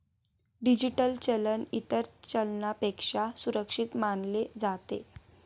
digital चलन इतर चलनापेक्षा सुरक्षित मानले जाते